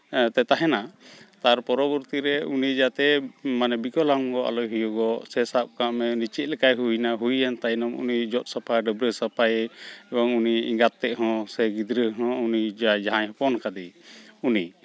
ᱦᱮᱸ ᱮᱱᱛᱮ ᱛᱟᱦᱮᱱᱟ ᱛᱟᱨ ᱯᱚᱨᱚᱵᱚᱨᱛᱚ ᱨᱮ ᱩᱱᱤ ᱡᱟᱛᱮ ᱢᱟᱱᱮ ᱵᱤᱠᱚᱞᱟᱝᱜᱚ ᱟᱞᱚᱭ ᱦᱩᱭᱩᱜᱚᱜ ᱥᱟᱵ ᱠᱟᱜ ᱢᱮ ᱩᱱᱤ ᱪᱮᱫ ᱞᱮᱠᱟᱭ ᱦᱩᱭᱱᱟ ᱦᱩᱭᱮᱱ ᱛᱟᱭᱱᱚᱢ ᱩᱱᱤ ᱡᱚᱜ ᱥᱟᱯᱷᱟ ᱰᱟᱹᱵᱽᱨᱟᱹ ᱥᱟᱯᱷᱟᱭᱮ ᱮᱵᱚᱝ ᱩᱱᱤ ᱮᱸᱜᱟᱛ ᱛᱮᱫ ᱦᱚᱸ ᱥᱮ ᱩᱱᱤ ᱜᱤᱫᱽᱨᱟᱹ ᱦᱚᱸ ᱩᱱᱤ ᱡᱟᱼᱡᱟᱦᱟᱸᱭ ᱦᱚᱯᱚᱱ ᱠᱟᱫᱮ ᱩᱱᱤ